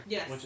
Yes